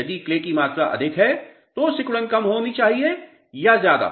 यदि क्ले की मात्रा अधिक है तो सिकुड़न कम होनी चाहिए या ज्यादा